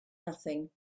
nothing